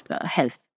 health